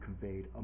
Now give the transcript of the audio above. conveyed